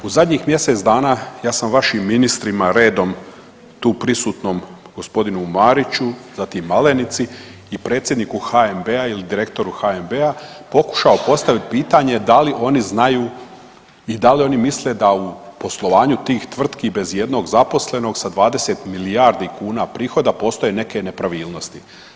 U zadnjih mjesec dana ja sam vašim ministrima redom tu prisutnom g. Mariću, zatim Malenici i predsjedniku HNB-a ili direktoru HNB-a pokušao postavit pitanje da li oni znaju i da li oni misle da u poslovanju tih tvrtki bez ijednog zaposlenog sa 20 milijardi kuna prihoda postoje neke nepravilnosti.